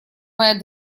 моя